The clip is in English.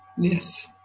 Yes